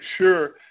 sure